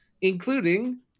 including